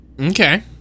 Okay